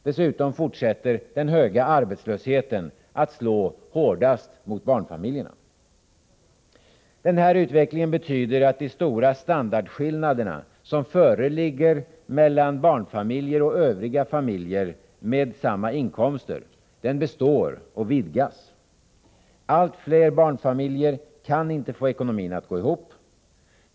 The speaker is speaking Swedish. Dessutom fortsätter den höga arbetslösheten att slå hårdast mot barnfamiljerna. Den här utvecklingen betyder att de stora standardskillnader som föreligger mellan barnfamiljer och övriga familjer med samma inkomster består och vidgas. Allt fler barnfamiljer kan inte få ekonomin att gå ihop.